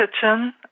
Kitchen